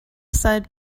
side